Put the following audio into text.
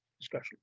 discussion